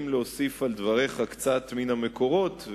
אם להוסיף על דבריך קצת מן המקורות,